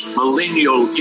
millennial